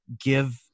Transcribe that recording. give